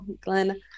Glenn